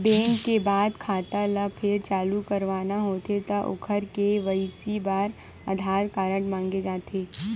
bank के बंद खाता ल फेर चालू करवाना होथे त ओखर के.वाई.सी बर आधार कारड मांगे जाथे